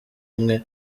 umwe